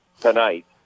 tonight